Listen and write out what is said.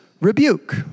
rebuke